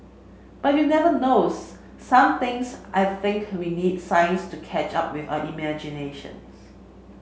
but you never knows some things I think we need science to catch up with our imagination